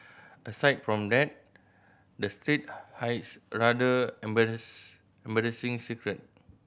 aside from that the street hides a rather embarrass embarrassing secret